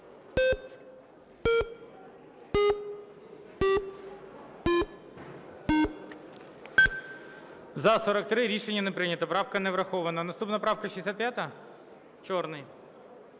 За-43 Рішення не прийнято. Правка не врахована. Наступна правка 65? Чорний.